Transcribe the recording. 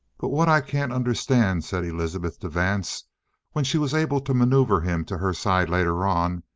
but what i can't understand, said elizabeth to vance when she was able to maneuver him to her side later on,